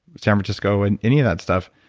san francisco, and any of that stuff.